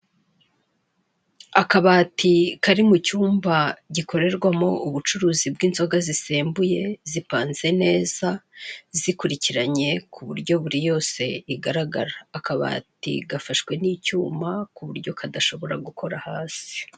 Akabati kari mu cyumba gikorerwamo ubucuruzi bw'inzoga zisembuye, zipanze neza zikurikiranye ku buryo buri yose igaragara, akabati gafashwe n'icyuma ku buryo kadashobora gukora hasi.